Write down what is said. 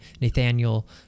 Nathaniel